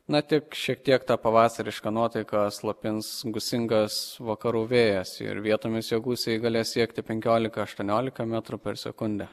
na tik šiek tiek tą pavasarišką nuotaiką slopins gūsingas vakarų vėjas ir vietomis jo gūsiai galės siekti penkiolika aštuoniolika metrų per sekundę